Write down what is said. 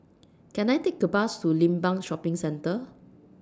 Can I Take A Bus to Limbang Shopping Centre